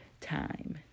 time